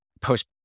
post